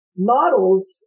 Models